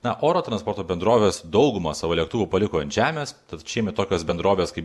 na oro transporto bendrovės daugumą savo lėktuvų paliko ant žemės tad šiemet tokios bendrovės kaip